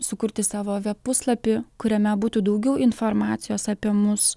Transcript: sukurti savo veb puslapį kuriame būtų daugiau informacijos apie mus